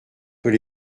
peut